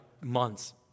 months